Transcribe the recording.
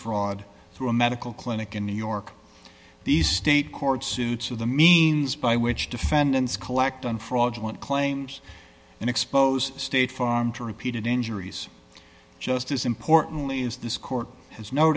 fraud through a medical clinic in new york these state court suits of the means by which defendants collect on fraudulent claims and expose state farm to repeated injuries just as importantly is this court has no